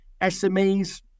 SMEs